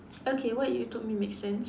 okay what you told me makes sense